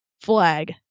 Flag